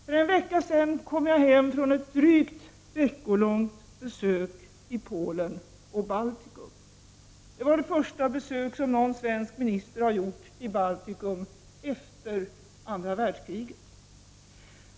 För en vecka sedan kom jag hem från ett drygt veckolångt besök i Polen och Baltikum. Det var det första besök någon svensk minister gjort i Baltikum sedan andra världskriget.